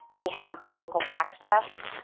they have the local access.